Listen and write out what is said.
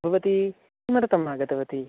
भवती किमर्थम् आगतवती